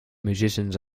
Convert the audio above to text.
musicians